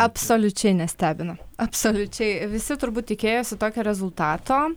absoliučiai nestebina absoliučiai visi turbūt tikėjosi tokio rezultato